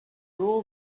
all